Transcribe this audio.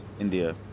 India